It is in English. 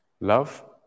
Love